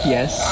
Yes